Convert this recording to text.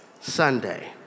Sunday